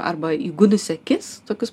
arba įgudusi akis tokius